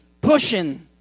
pushing